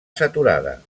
saturada